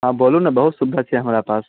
हँ बोलु ने बहुत सुविधा छै हमरा पास